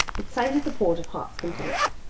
it sighted the port of heart's content.